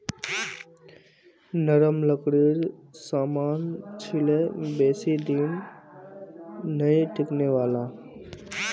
नरम लकड़ीर सामान छिके बेसी दिन नइ टिकने वाला